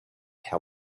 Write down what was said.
how